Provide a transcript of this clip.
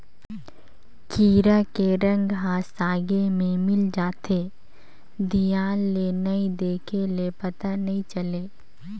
कीरा के रंग ह सागे में मिल जाथे, धियान ले नइ देख ले पता नइ चले